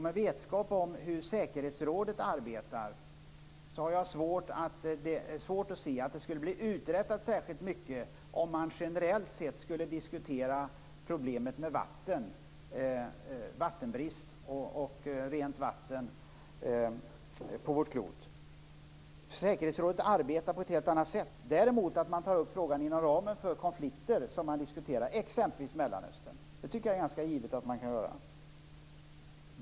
Med vetskap om hur säkerhetsrådet arbetar, har jag svårt att se att det skulle bli särskilt mycket uträttat om man där generellt sett skulle diskutera problemen med vatten - vattenbrist och rent vatten - på vårt klot. Säkerhetsrådet arbetar på ett helt annat sätt. Att man däremot tar upp frågan inom ramen för konflikter som man diskuterar, exempelvis Mellanöstern, tycker jag är ganska givet.